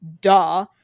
duh